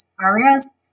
areas